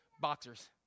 boxers